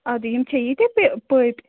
اَدٕ یِم چھا ییٖتاہ پٔپۍ